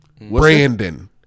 Brandon